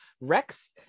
Rex